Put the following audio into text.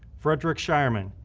frederick shireman,